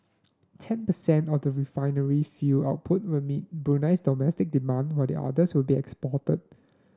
ten percent of the refinery fuel output will meet Brunei's domestic demand while the others will be exported